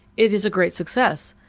it is a great success.